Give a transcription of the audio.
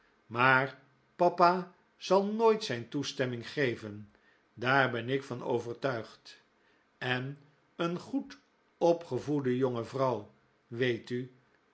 maar papa zal nooit zijn toestemming geven daar ben ik van overtuigd en een goed opgevoede jonge vrouw weet u